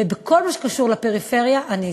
ובכל מה שקשור לפריפריה אני אתך,